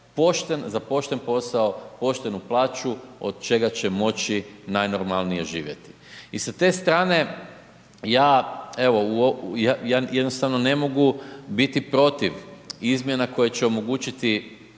za pošten posao poštenu plaću, od čega će moći najnormalnije živjeti. I sa te strane ja, evo, ja evo ja jednostavno ne mogu biti protiv izmjena koje će omogućiti